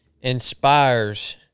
inspires